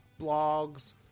blogs